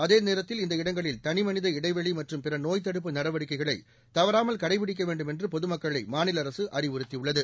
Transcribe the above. அதேநேரத்தில் இந்த இடங்களில் தனிமனித இடைவெளி மற்றும் பிற நோய்த் தடுப்பு நடவடிக்கைகளை தவறாமல் கடைபிடிக்க வேண்டும் என்று பொதுமக்களை மாநில அரசு அறிவுறுத்தியுள்ளது